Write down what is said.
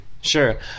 Sure